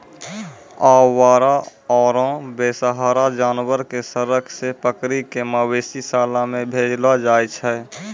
आवारा आरो बेसहारा जानवर कॅ सड़क सॅ पकड़ी कॅ मवेशी शाला मॅ भेजलो जाय छै